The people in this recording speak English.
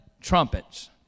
trumpets